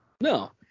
No